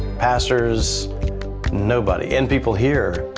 pastors nobody. and people here,